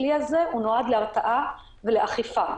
הכלי הזה נועד להרתעה ולאכיפה,